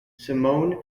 simon